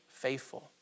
faithful